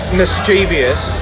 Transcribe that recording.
mischievous